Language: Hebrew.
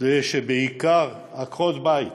זה שבעיקר עקרות בית